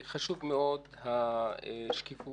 חשובה מאוד השקיפות